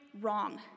wrong